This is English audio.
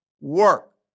work